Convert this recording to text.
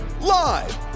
live